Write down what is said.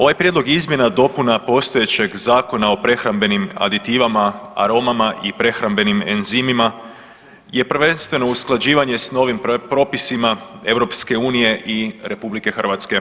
Ovaj prijedlog izmjena i dopuna postojećeg Zakona o prehrambenim aditivama, aromama i prehrambenih enzimima je prvenstveno usklađivanje s novim propisima EU i RH.